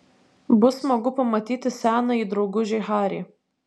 bus smagu pamatyti senąjį draugužį harį